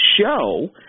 show